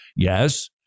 Yes